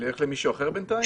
בבקשה.